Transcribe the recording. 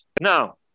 Now